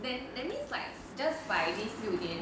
then that means like just by these build in